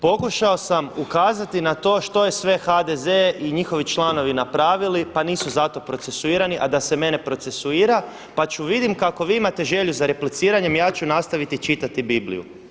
Pokušao sam ukazati na što je sve HDZ i njihovi članovi napravili pa nisu za to procesuirani, a da se mene procesuira, pa ću, vidim kako vi imate želju za repliciranjem, ja ću nastaviti čitati Bibliju.